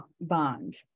bond